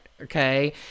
okay